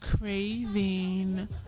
craving